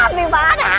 vivaan!